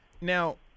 Now